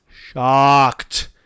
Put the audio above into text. shocked